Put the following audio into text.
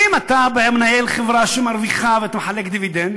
אם אתה מנהל חברה שמרוויחה ואתה מחלק דיבידנד,